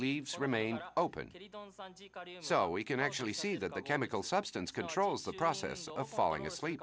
leaves remain open so we can actually see that the chemical substance controls the process of falling asleep